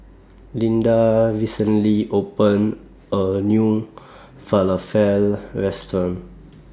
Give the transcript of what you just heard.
Lynda recently opened A New Falafel Restaurant